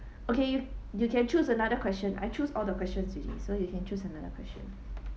okay you can choose another question I choose all the questions already so you can choose another question